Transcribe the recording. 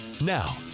now